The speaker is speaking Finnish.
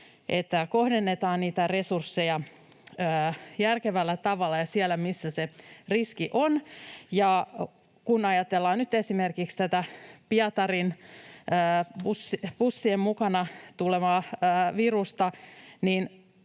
että kohdennetaan niitä resursseja järkevällä tavalla ja sinne, missä se riski on. Kun ajatellaan nyt esimerkiksi tätä Pietarin-bussien mukana tullutta virusta,